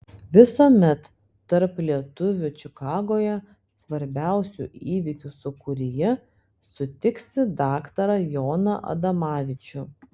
visuomet tarp lietuvių čikagoje svarbiausių įvykių sūkuryje sutiksi daktarą joną adomavičių